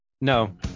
No